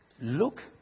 Look